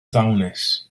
ddawnus